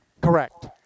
Correct